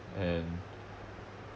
and